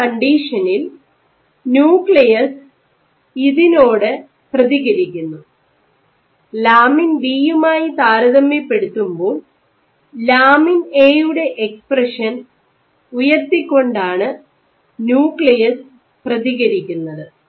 ഈ കണ്ടീഷനിൽ ന്യൂക്ലിയസ് ഇതിനോട് പ്രതികരിക്കുന്നു ലാമിൻ ബി യുമായി താരതമ്യപ്പെടുത്തുമ്പോൾ ലാമിൻ എ യുടെ എക്സ്പ്രഷൻ ഉയർത്തിക്കൊണ്ടാണ് ന്യൂക്ലിയസ് പ്രതികരിക്കുന്നത്